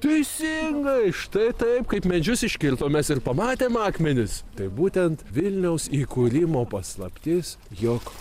teisingai štai taip kaip medžius iškirto mes ir pamatėm akmenis tai būtent vilniaus įkūrimo paslaptis jog